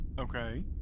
Okay